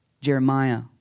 Jeremiah